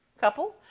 Couple